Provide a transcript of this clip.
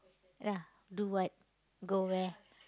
ya do what go where